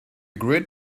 grid